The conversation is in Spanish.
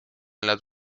las